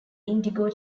indigo